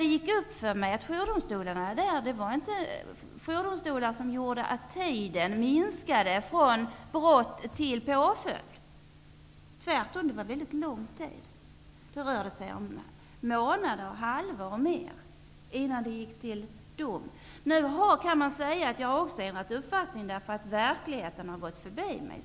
Det gick upp för mig att jourdomstolarna där inte medverkade till att minska tiden mellan brott och påföljd. Det var tvärtom mycket lång tid däremellan. Det rörde sig om månader, ett halvår eller mer innan målen gick till dom. Jag har också ändrat uppfattning därför att verkligheten gått förbi mig.